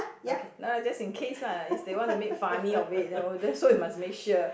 okay no lah just in case lah if they want to make funny of it then that's why we must make sure